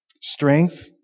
Strength